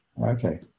Okay